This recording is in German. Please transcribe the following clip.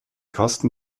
kosten